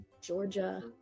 Georgia